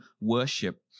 worship